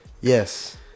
Yes